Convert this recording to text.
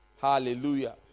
Hallelujah